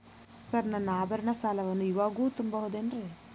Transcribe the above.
Sir ನನ್ನ ಆಭರಣ ಸಾಲವನ್ನು ಇವಾಗು ತುಂಬ ಬಹುದೇನ್ರಿ?